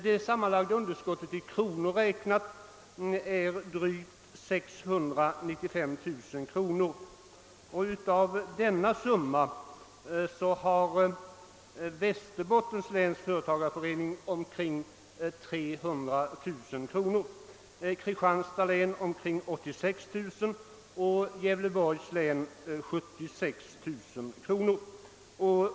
Det sammanlagda underskottet i kronor är drygt 695 000, och av denna summa svarar Västerbottens län för omkring 300 000, Kristianstads län för omkring 86 000 och Gävleborgs län för 76 000 kronor.